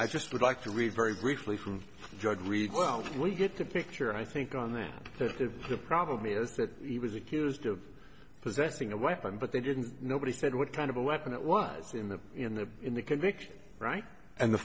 i just would like to read very briefly from judge reed well we get the picture and i think on that there's the problem is that he was accused of possessing a weapon but they didn't nobody said what kind of a weapon it was in the in the in the conviction right and the